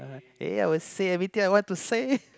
I will say anything I want to say